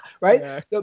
right